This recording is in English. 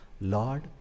Lord